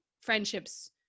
friendships